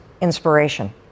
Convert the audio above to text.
inspiration